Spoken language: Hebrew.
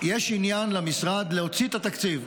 יש עניין למשרד להוציא את התקציב,